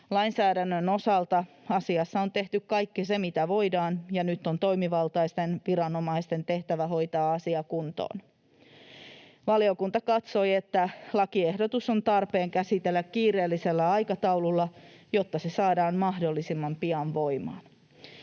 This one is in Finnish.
Lainsäädännön osalta asiassa on tehty kaikki se, mitä voidaan, ja nyt on toimivaltaisten viranomaisten tehtävä hoitaa asia kuntoon. Valiokunta katsoi, että lakiehdotus on tarpeen käsitellä kiireellisellä aikataululla, jotta se saadaan mahdollisimman pian voimaan.